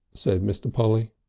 said mr. polly.